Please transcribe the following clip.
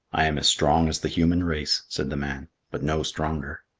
i am as strong as the human race, said the man, but no stronger.